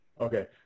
Okay